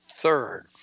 Third